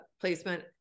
placement